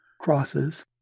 crosses